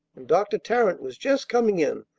and dr. tarrant was just coming in,